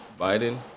Biden